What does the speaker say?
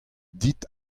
dit